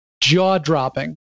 jaw-dropping